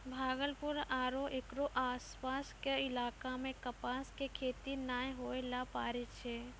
भागलपुर आरो हेकरो आसपास के इलाका मॅ कपास के खेती नाय होय ल पारै छै